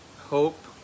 hope